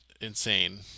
insane